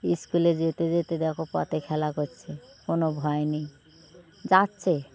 স্কুলে যেতে যেতে দেখো পথে খেলা করছে কোনো ভয় নেই যাচ্ছে